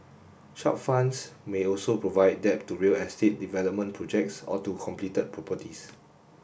such funds may also provide debt to real estate development projects or to completed properties